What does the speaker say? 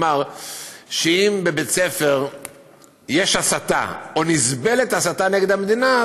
שאם בבית ספר יש הסתה או נסבלת הסתה נגד המדינה,